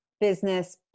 business